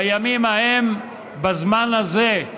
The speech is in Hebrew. בימים ההם בזמן הזה.